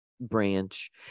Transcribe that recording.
branch